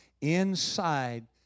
inside